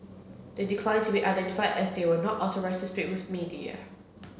they declined to be identified as they were not authorised to speak with media